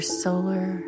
solar